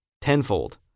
tenfold